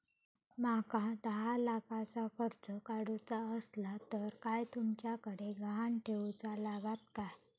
माका दहा लाखाचा कर्ज काढूचा असला तर काय तुमच्याकडे ग्हाण ठेवूचा लागात काय?